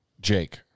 jake